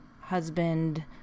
husband